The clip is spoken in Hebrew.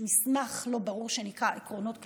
יש מסמך לא ברור שנקרא "עקרונות כלליים",